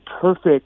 perfect